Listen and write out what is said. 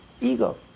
ego